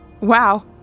Wow